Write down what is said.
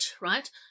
right